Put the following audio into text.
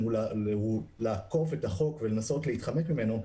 הוא לעקוף את החוק ולנסות להתחמק ממנו,